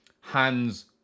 hands